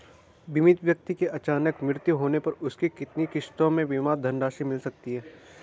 बीमित व्यक्ति के अचानक मृत्यु होने पर उसकी कितनी किश्तों में बीमा धनराशि मिल सकती है?